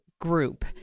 group